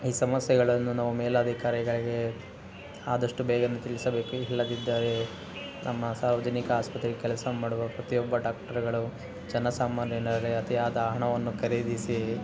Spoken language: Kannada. ಈ ಸಮಸ್ಯೆಗಳನ್ನು ನಾವು ಮೇಲಧಿಕಾರಿಗಳಿಗೆ ಆದಷ್ಟು ಬೇಗನೆ ತಿಳಿಸಬೇಕು ಇಲ್ಲದಿದ್ದರೆ ನಮ್ಮ ಸಾರ್ವಜನಿಕ ಆಸ್ಪತ್ರೆಗೆ ಕೆಲಸ ಮಾಡುವ ಪ್ರತಿಯೊಬ್ಬ ಡಾಕ್ಟ್ರಗಳು ಜನಸಾಮಾನ್ಯನಲ್ಲಿ ಅತಿಯಾದ ಹಣವನ್ನು ಖರೀದಿಸಿ